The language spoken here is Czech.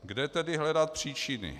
Kde tedy hledat příčiny?